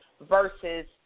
versus